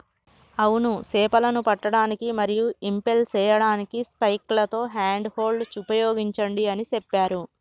అవును సేపలను పట్టడానికి మరియు ఇంపెల్ సేయడానికి స్పైక్లతో హ్యాండ్ హోల్డ్ ఉపయోగించండి అని సెప్పారు